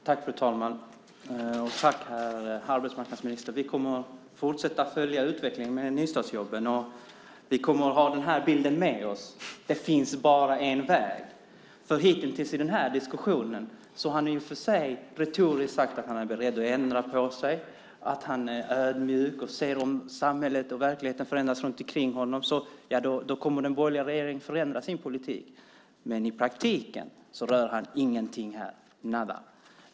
Fru talman! Jag tackar arbetsmarknadsministern. Vi kommer att fortsätta följa utvecklingen med nystartsjobben. Vi kommer att ha den här bilden med oss: Det finns bara en väg. Hittills i den här diskussionen har arbetsmarknadsministern i och för sig retoriskt sagt att han är beredd att ändra sig, att han är ödmjuk och att om han ser att samhället och verkligheten förändras runt omkring honom kommer den borgerliga regeringen att ändra sin politik. Men i praktiken rör han ingenting alls - nada .